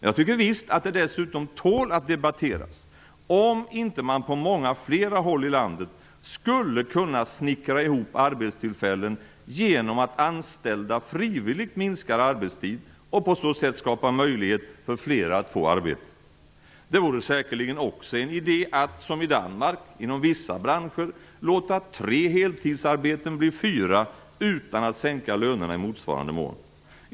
Jag tycker visst att det dessutom tål att debatteras om man inte på många flera håll i landet skulle kunna snickra ihop arbetstillfällen genom att anställda frivilligt minskar arbetstiden och på så sätt skapa möjlighet för flera att få arbete. Det vore säkerligen också en idé att, som i Danmark, inom vissa branscher låta tre heltidsarbeten bli fyra utan att sänka lönerna i motsvarande mån.